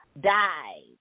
died